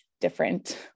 different